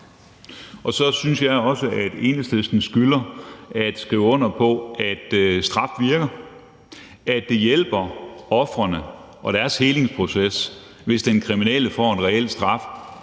Så synes jeg også, at Enhedslisten skylder at skrive under på, at straf virker, og at det hjælper ofrene og deres helingsproces, hvis den kriminelle får en reel straf